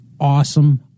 awesome